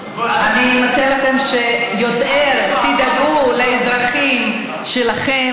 אני מציעה לכם שתדאגו יותר לאזרחים שלכם